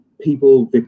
people